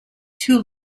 too